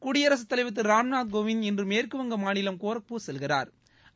குடியரசுத் தலைவா் திரு ராம்நாத் கோவிந்த் இன்று மேற்குவங்க மாநிலம் கோரக்பூர்செல்கிறாா்